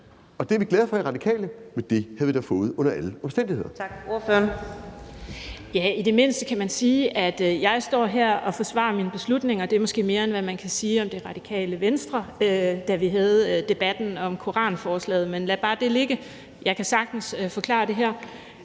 Ordføreren. Kl. 15:27 Karina Lorentzen Dehnhardt (SF): I det mindste kan man sige, at jeg står her og forsvarer min beslutning, og det er måske mere, end man kan sige om Radikale Venstre, da vi havde debatten om koranforslaget. Men lad bare det ligge. Jeg kan sagtens forklare det her.